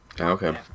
Okay